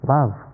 Love